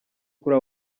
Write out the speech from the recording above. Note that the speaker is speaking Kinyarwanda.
kuri